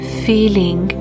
feeling